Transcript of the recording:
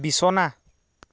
বিছনা